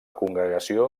congregació